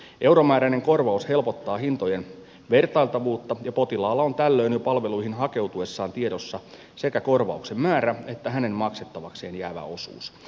euromääräinen korvaus helpottaa hintojen vertailtavuutta ja potilaalla on tällöin jo palveluihin hakeutuessaan tiedossa sekä korvauksen määrä että hänen maksettavakseen jäävä osuus